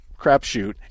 crapshoot